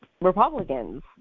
Republicans